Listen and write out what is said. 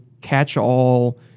catch-all